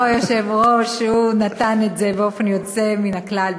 אמר היושב-ראש שהוא נתן את זה באופן יוצא מן הכלל,